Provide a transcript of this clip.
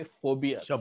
phobias